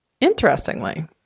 Interestingly